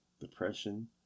depression